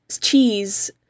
cheese